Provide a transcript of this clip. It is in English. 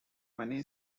many